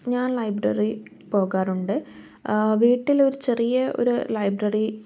ഞാൻ ലൈബ്രറി പോകാറുണ്ട് വീട്ടിലൊരു ചെറിയ ഒരു ലൈബ്രറി